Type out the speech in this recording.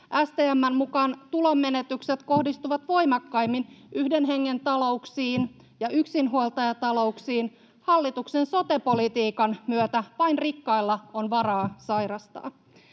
STM:n mukaan tulonmenetykset kohdistuvat voimakkaimmin yhden hengen talouksiin ja yksinhuoltajatalouksiin. Hallituksen sote-politiikan myötä vain rikkailla on varaa sairastaa.